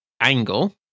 angle